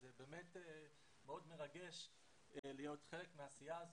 זה באמת מאוד מרגש להיות חלק מהעשייה הזאת.